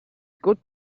good